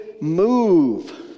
move